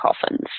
coffins